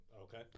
Okay